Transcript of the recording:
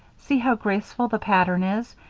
see how graceful the pattern is,